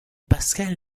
pascal